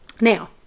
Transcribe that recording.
now